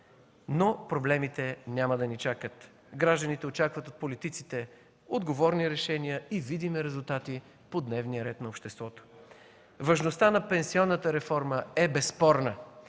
но проблемите няма да ни чакат. Гражданите очакват от политиците отговорни решения и видими резултати по дневния ред на обществото. Важността на пенсионната реформа е безспорна.